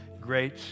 great